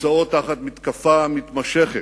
נמצאות תחת מתקפה מתמשכת,